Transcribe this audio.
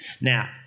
Now